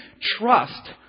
trust